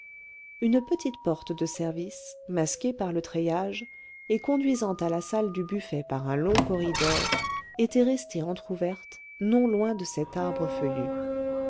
une petite porte de service masquée par le treillage et conduisant à la salle du buffet par un long corridor était restée entr'ouverte non loin de cet arbre feuillu